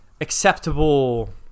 acceptable